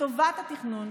לטובת התכנון,